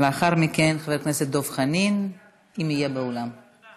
ולאחר מכן, חבר